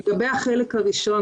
לגבי החלק הראשון,